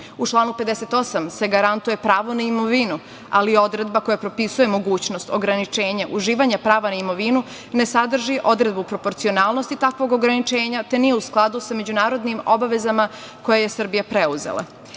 članu 58. se garantuje pravo na imovinu, ali odredba koja propisuje mogućnost ograničenja uživanja prava na imovinu ne sadrži odredbu proporcionalnosti takvog ograničenja, te nije u skladu sa međunarodnim obavezama koje je Srbija preuzela. Kod